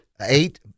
eight